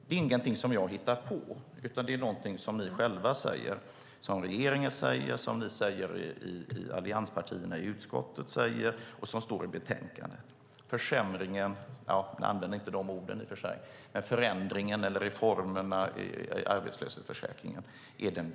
Det är ingenting som jag hittar på, utan någonting som regeringen och ni i allianspartierna i utskottet säger och som står i betänkandet. Ni använder i och för sig inte ordet "försämringen", utan talar om "förändringarna" eller "reformerna" i arbetslöshetsförsäkringen.